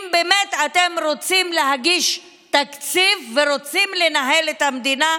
אם באמת אתם רוצים להגיש תקציב ורוצים לנהל את המדינה,